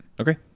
Okay